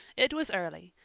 it was early,